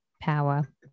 power